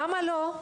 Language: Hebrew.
למה לא?